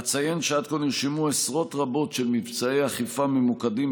אציין שעד כה נרשמו עשרות רבות של מבצעי אכיפה ממוקדים,